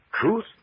truth